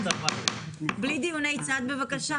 בלי דיוני צד בבקשה.